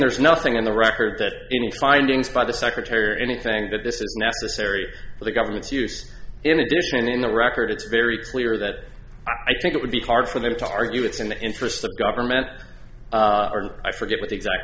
there's nothing the record that any findings by the secretary are anything that this is necessary for the government's use in addition in the record it's very clear that i think it would be hard for them to argue it's in the interest of the government or i forget what the exact